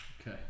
Okay